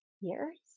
years